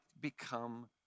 become